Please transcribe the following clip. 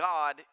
God